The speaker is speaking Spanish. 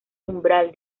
umbral